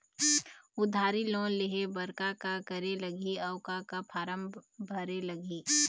उधारी लोन लेहे बर का का करे लगही अऊ का का फार्म भरे लगही?